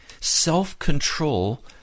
Self-control